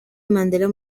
mandela